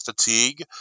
fatigue